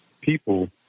people